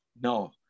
No